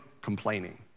complaining